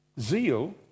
Zeal